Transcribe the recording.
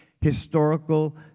historical